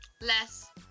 Less